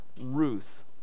Ruth